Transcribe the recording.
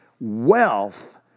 wealth